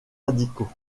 radicaux